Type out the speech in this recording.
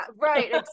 right